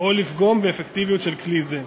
או לפגום באפקטיביות של כלי זה.